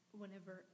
whenever